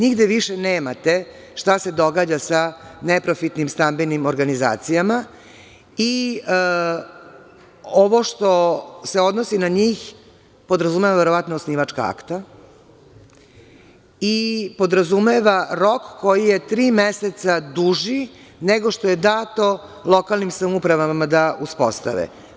Nigde više nemate šta se događa sa neprofitnim stambenim organizacijama i ovo što se odnosi na njih podrazumeva verovatno osnivačka akta, i podrazumeva rok koji je tri meseca duži, nego što je dato lokalnim samoupravama, da uspostave.